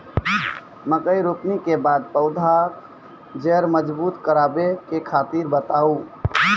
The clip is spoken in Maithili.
मकय रोपनी के बाद पौधाक जैर मजबूत करबा के तरीका बताऊ?